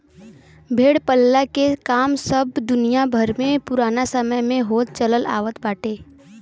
भेड़ पालला के काम सब दुनिया भर में पुराना समय से होत चलत आवत बाटे